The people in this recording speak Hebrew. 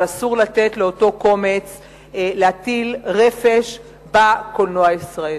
אבל אסור לתת לאותו קומץ להטיל רפש בקולנוע הישראלי.